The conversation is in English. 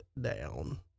down